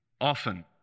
often